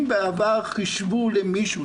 אם בעבר חישבו למישהו,